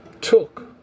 took